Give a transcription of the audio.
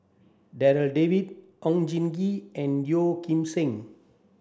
Darryl David Oon Jin Gee and Yeo Kim Seng